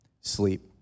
sleep